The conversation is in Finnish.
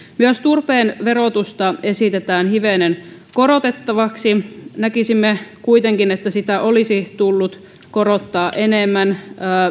myös turpeen verotusta esitetään hivenen korotettavaksi näkisimme kuitenkin että sitä olisi tullut korottaa enemmän